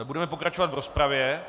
Budeme pokračovat v rozpravě.